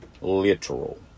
Literal